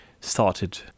started